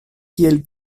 kiel